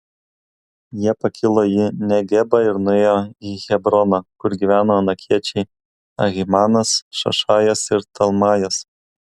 jie pakilo į negebą ir nuėjo į hebroną kur gyveno anakiečiai ahimanas šešajas ir talmajas